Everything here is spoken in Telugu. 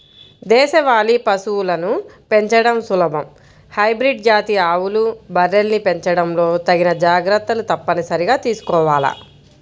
దేశవాళీ పశువులను పెంచడం సులభం, హైబ్రిడ్ జాతి ఆవులు, బర్రెల్ని పెంచడంలో తగిన జాగర్తలు తప్పనిసరిగా తీసుకోవాల